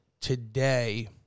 today